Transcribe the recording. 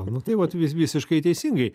nu tai vat visiškai teisingai